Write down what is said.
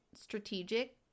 strategic